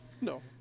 No